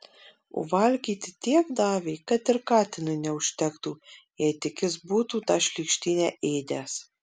o valgyti tiek davė kad ir katinui neužtektų jei tik jis būtų tą šlykštynę ėdęs